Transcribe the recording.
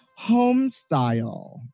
Homestyle